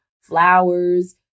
flowers